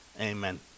Amen